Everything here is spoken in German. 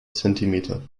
zentimeter